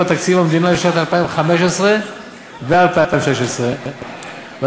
תקציב המדינה לשנים 2015 ו-2016 בממשלה,